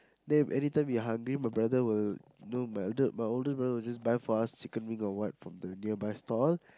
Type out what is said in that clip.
then if anytime we hungry my brother will know my older brother will just buy for us chicken wing or what from the nearby store